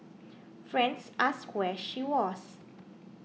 friends asked where she was